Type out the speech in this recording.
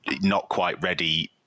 not-quite-ready